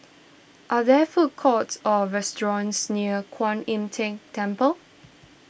are there food courts or restaurants near Kuan Im Tng Temple